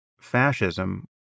fascism